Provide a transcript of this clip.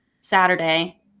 saturday